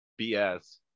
BS